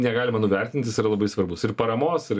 negalima nuvertint jis yra labai svarbus ir paramos ir